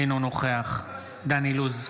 אינו נוכח דן אילוז,